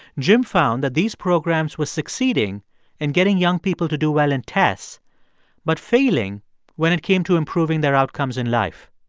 jim found that these programs were succeeding in getting young people to do well in tests but failing when it came to improving their outcomes in life.